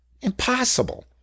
impossible